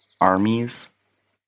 armies